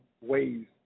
ways